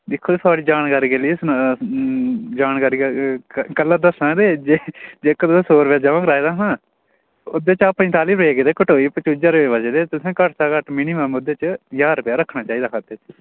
दिक्खो थोआड़ी जानकारी के लिए सन जानकारी कल्ला दस्सां ते जेह्का तुसें सौ रपेआ जमां कराए दा हा ना ओह्दे चा पंचताली रपेऽ गेदे कटोई पचुंजा रपेऽ बचे दे तुसें घट्ट हा घट्ट मिनिमम ओह्दे च ज्हार रपेआ रक्खना चाहिदा खाते च